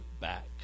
back